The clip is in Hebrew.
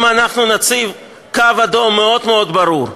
אם אנחנו נציב קו אדום מאוד מאוד ברור,